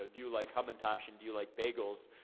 ah do you like hamantash and do you like bagels?